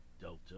Delta